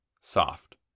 soft